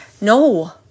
No